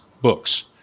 books